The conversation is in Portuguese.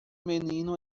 menino